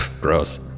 Gross